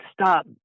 stop